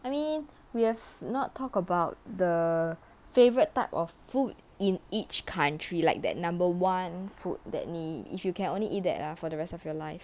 I mean we have not talk about the favourite type of food in each country like that number one food that need if you can only eat that are for the rest of your life